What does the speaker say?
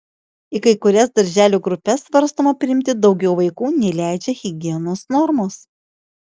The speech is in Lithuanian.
į kai kurias darželių grupes svarstoma priimti daugiau vaikų nei leidžia higienos normos